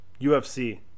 ufc